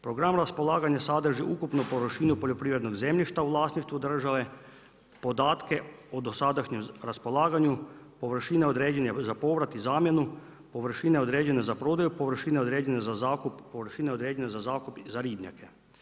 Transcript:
Program raspolaganja sadrži ukupnu površinu poljoprivrednog zemljišta u vlasništvu države, podatke o dosadašnjem raspolaganju, površine određene za povrat i zamjenu, površine određene za prodaju, površine određene za zakup, površine određene za zakup za ribnjake.